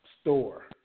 Store